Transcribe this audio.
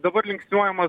dabar linksniuojamas